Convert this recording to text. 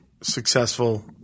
successful